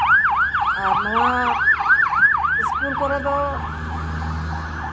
ᱟᱨ ᱱᱚᱣᱟ ᱥᱠᱩᱞ ᱠᱚᱨᱮ ᱫᱚ